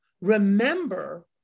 remember